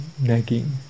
nagging